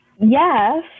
Yes